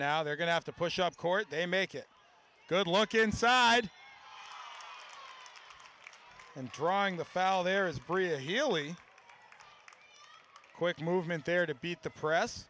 now they're going to have to push up court they make it good luck inside and drawing the foul there is bria healy quick movement there to beat the press